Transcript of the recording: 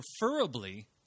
preferably